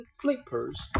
flippers